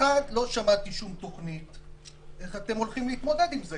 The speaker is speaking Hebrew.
לא שמעתי שום תוכנית שמסבירה איך אתם הולכים להתמודד עם זה.